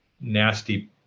nasty